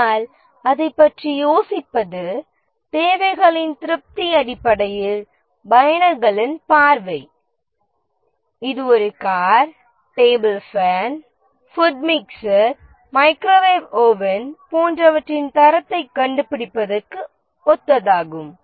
ஆனால் அதைப் பற்றி யோசிப்பது தேவைகளின் திருப்தி அடிப்படையில் பயனர்களின் பார்வை இது ஒரு car table fan food mixer microwave oven போன்றவற்றின் தரத்தைக் கண்டுபிடிப்பதற்கு ஒத்ததாகும்